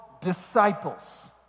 disciples